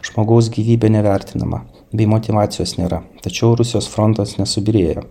žmogaus gyvybė nevertinama bei motyvacijos nėra tačiau rusijos frontas nesubyrėjo